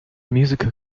musical